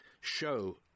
show